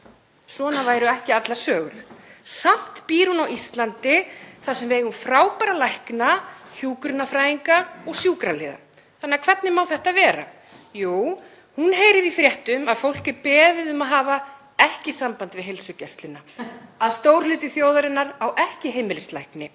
Svona væru ekki allar sögur. Samt býr hún á Íslandi þar sem við eigum frábæra lækna, hjúkrunarfræðinga og sjúkraliða. Þannig að hvernig má þetta vera? Jú, hún heyrir í fréttum að fólk er beðið um að hafa ekki samband við heilsugæsluna, að stór hluti þjóðarinnar á ekki heimilislækni,